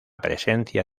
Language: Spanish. presencia